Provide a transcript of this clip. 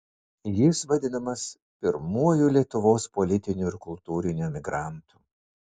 jis vadinamas pirmuoju lietuvos politiniu ir kultūriniu emigrantu